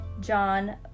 john